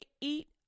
eat